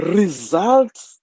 results